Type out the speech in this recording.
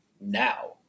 now